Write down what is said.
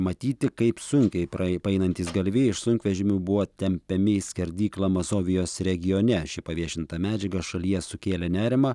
matyti kaip sunkiai paeinantys galvijai iš sunkvežimių buvo tempiami į skerdyklą mazovijos regione ši paviešinta medžiaga šalyje sukėlė nerimą